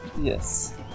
Yes